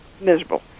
miserable